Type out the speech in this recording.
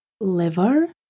liver